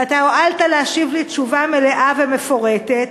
ואתה הואלת להשיב לי תשובה מלאה ומפורטת.